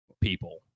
people